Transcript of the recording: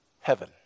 heaven